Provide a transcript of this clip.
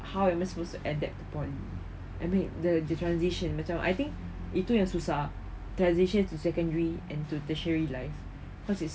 how am I supposed to adapt into poly I mean the transition macam I think itu yang susah transitions to secondary and tertiary life cause it's